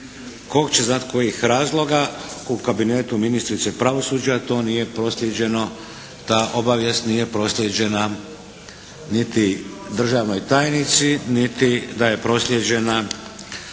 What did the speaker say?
tko će znati kojih razloga u kabinetu ministrice pravosuđa to nije proslijeđeno, ta obavijest nije proslijeđena niti državnoj tajnici, niti da je proslijeđena